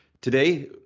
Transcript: Today